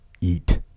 eat